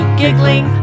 giggling